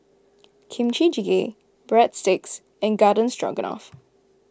Kimchi Jjigae Breadsticks and Garden Stroganoff